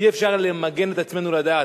אי-אפשר למגן את עצמנו לדעת.